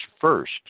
first